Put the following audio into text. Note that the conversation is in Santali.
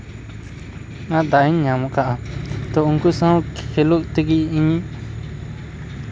ᱚᱱᱟ ᱫᱟᱣᱤᱧ ᱧᱟᱢ ᱟᱠᱟᱫᱟ ᱛᱳ ᱩᱱᱠᱩ ᱥᱟᱶ ᱠᱷᱮᱞᱳᱜ ᱛᱮᱜᱮ ᱤᱧ